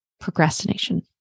procrastination